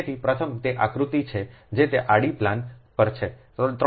તેથી પ્રથમ તે આકૃતિ છે જે તે આડી પ્લેન પર છે